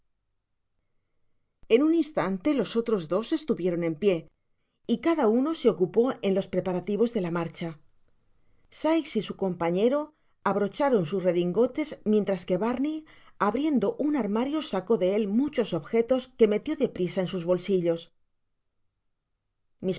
en un instante los otros dos estuvieron en pié y cada uno so ocupó en los preparativos de la marcha sikes y su compañero abrocharon sus redingotes mientras que barney abriendo un armario sacó de él muchos objetos que metió de prisa en sus bolsillos